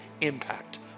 impact